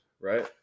right